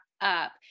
up